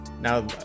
now